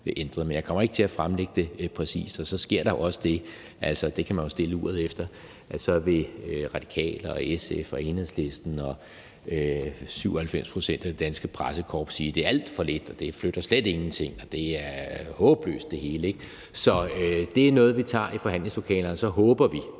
ændret. Men jeg kommer ikke til at fremlægge det præcist. Og så sker der også det – og det kan man jo stille uret efter – at De Radikale, SF og Enhedslisten og 97 pct. af det danske pressekorps så vil sige: Det er alt for lidt, det flytter slet ingenting, og det er håbløst det hele. Så det er noget, vi tager i forhandlingslokalet, og så håber vi